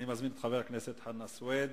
אני מזמין את חבר הכנסת חנא סוייד.